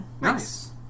Nice